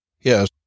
Yes